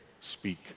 speak